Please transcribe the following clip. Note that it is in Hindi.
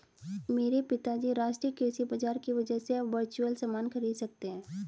मेरे पिताजी राष्ट्रीय कृषि बाजार की वजह से अब वर्चुअल सामान खरीद सकते हैं